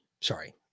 Sorry